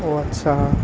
অঁ আচ্ছা